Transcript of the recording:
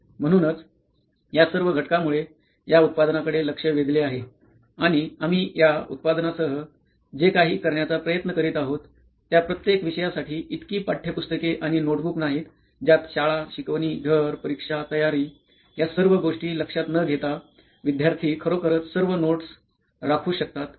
म्हणूनच या सर्व घटकांमुळे या उत्पादनाकडे लक्ष वेधले आहे आणि आम्ही या उत्पादनासह जे काही करण्याचा प्रयत्न करीत आहोत त्या प्रत्येक विषयासाठी इतकी पाठ्यपुस्तके आणि नोटबुक नाहीत ज्यात शाळा शिकवणी घर परीक्षा तयारी या सर्व गोष्टी लक्षात न घेता विद्यार्थी खरोखरच सर्व नोट्स राखू शकतात